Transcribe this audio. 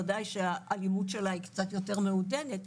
וודאי שהאלימות שלה היא קצת יותר מעודנת,